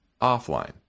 offline